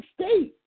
State